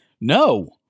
No